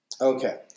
Okay